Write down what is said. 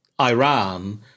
Iran